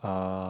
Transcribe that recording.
uh